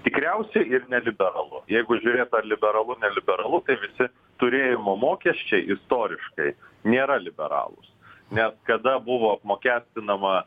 tikriausiai ir neliberalu jeigu žiūrėt ar liberalu neliberalu ir visi turėjimo mokesčiai istoriškai nėra liberalūs nes kada buvo apmokestinama